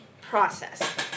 process